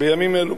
בימים אלו.